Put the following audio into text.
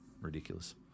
Ridiculous